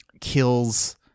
kills